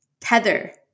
tether